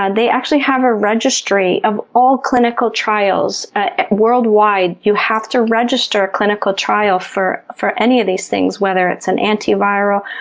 and they actually have a registry of all clinical trials worldwide. you have to a register clinical trial for for any of these things, whether it's an antiviral,